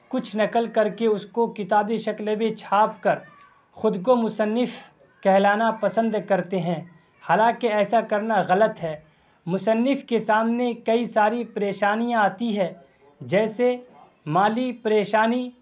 کچھ نقل کر کے اس کو کتابی شکل میں چھاپ کر خود کو مصنف کہلانا پسند کرتے ہیں حالانکہ ایسا کرنا غلط ہے مصنف کے سامنے کئی ساری پریشانیاں آتی ہے جیسے مالی پریشانی